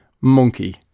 monkey